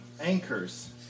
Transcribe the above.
anchors